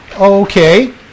Okay